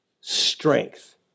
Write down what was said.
strength